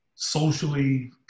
socially